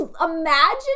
Imagine